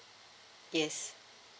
yes